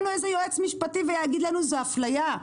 איזה יועץ משפטי ויגיד לנו 'זו אפליה,